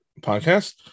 podcast